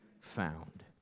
found